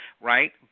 right